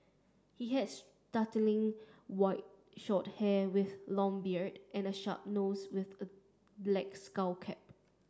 he had startlingly white short hair with long beard and a sharp nose with the black skull cap